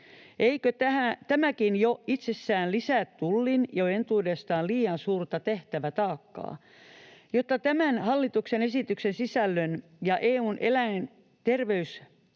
Eikö tämäkin jo itsessään lisää Tullin jo entuudestaan liian suurta tehtävätaakkaa? Jotta tämän hallituksen esityksen sisällön ja EU:n eläinterveyssäännösten